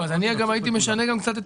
אני הייתי משנה קצת את